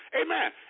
Amen